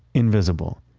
invisible.